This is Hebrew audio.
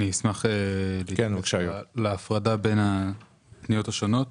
אשמח להפרדה בין הפניות השונות.